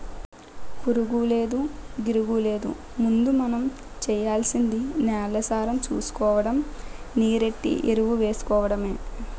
పురుగూలేదు, గిరుగూలేదు ముందు మనం సెయ్యాల్సింది నేలసారం సూసుకోడము, నీరెట్టి ఎరువేసుకోడమే